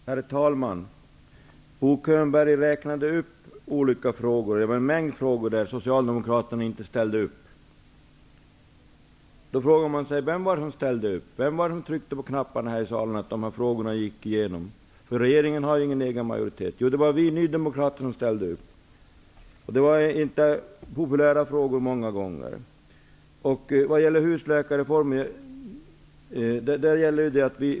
Herr talman! Bo Könberg räknade upp en mängd frågor där Socialdemokraterna inte ställt upp. Då frågar man sig: Vem det var som ställde upp och tryckte på knapparna så att dessa frågor gick igenom? Regeringen har ju ingen egen majoritet. Jo, det var vi nydemokrater som ställde upp. Det var inte bara i fråga om populära beslut.